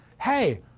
hey